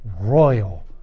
royal